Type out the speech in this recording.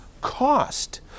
cost